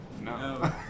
no